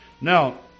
Now